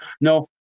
no